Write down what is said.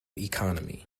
economy